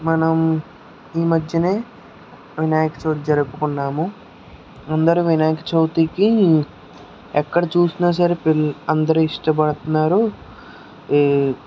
మనం ఈ మధ్యనే వినాయకచవితి జరుపుకున్నాము అందరు వినాయకచవితికి ఎక్కడ చూసిన సరే అందరు ఇష్టపడుతున్నారు